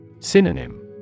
Synonym